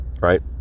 right